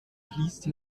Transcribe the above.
fließt